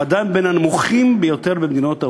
עדיין בין הנמוכים ביותר במדינות ה-OECD,